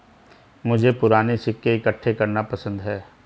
मुझे पूराने सिक्के इकट्ठे करना पसंद है